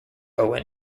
owen